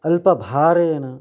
अल्पभारेण